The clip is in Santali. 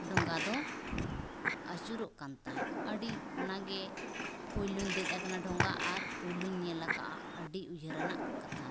ᱰᱷᱚᱸᱜᱟᱫᱚ ᱟᱹᱪᱩᱨᱚᱜᱠᱟᱱ ᱛᱟᱦᱮᱸᱫ ᱟᱹᱰᱤ ᱚᱱᱟᱜᱮ ᱯᱩᱭᱞᱩᱧ ᱫᱮᱡ ᱟᱠᱟᱱᱟ ᱰᱷᱚᱸᱜᱟ ᱟᱨ ᱯᱩᱭᱞᱩᱧ ᱧᱮᱞ ᱟᱠᱟᱫᱟ ᱟᱹᱰᱤ ᱩᱭᱦᱟᱹᱨᱟᱱᱟᱜ ᱠᱟᱛᱷᱟ